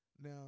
Now